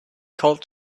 called